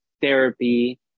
therapy